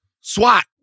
SWAT